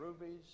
rubies